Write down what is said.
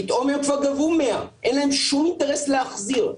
פתאום הם כבר גבו 100, אין להם שום אינטרס להחזיר.